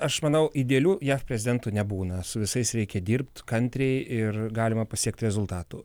aš manau idealių jav prezidentų nebūna su visais reikia dirbti kantriai ir galima pasiekti rezultatų